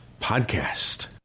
podcast